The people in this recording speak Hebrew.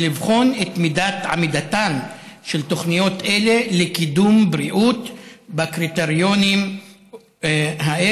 לבחון את מידת עמידתן של תוכניות אלה לקידום בריאות בקריטריונים האלה,